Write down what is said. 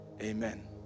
amen